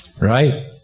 Right